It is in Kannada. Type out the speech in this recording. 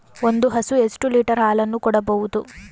ಒಂದು ಹಸು ಎಷ್ಟು ಲೀಟರ್ ಹಾಲನ್ನು ಕೊಡಬಹುದು?